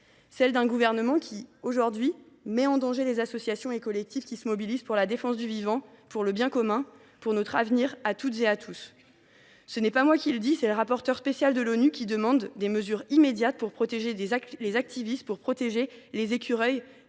ailleurs, met aujourd’hui en danger les associations et les collectifs qui se mobilisent pour la défense du vivant, pour le bien commun, pour notre avenir à toutes et à tous. Ce n’est pas moi qui le dis, c’est le rapporteur spécial de l’ONU, qui demande « des mesures immédiates » pour protéger les activistes, pour protéger les « écureuils